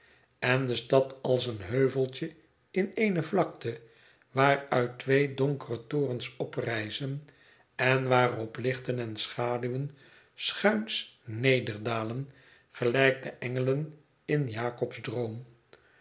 en de stad als een heuveltje in eene vlakte waaruit twee donkere torens oprijzen en waarop lichten en schaduwen schuins nederdalen gelijk de engelen in jakob's